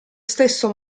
stesso